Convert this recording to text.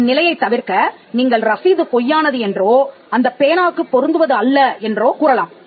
இந்நிலையைத் தவிர்க்க நீங்கள் ரசீது பொய்யானது என்றோ அந்தப் பேனாவுக்கு பொருந்துவது அல்ல என்றோ கூறலாம்